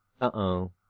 Uh-oh